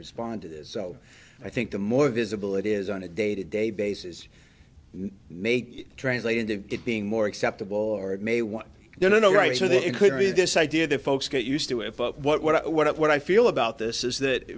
respond to this so i think the more visible it is on a day to day basis may translate into it being more acceptable or it may want you know right so that it could be this idea that folks get used to it but what what what what i feel about this is that